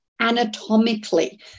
anatomically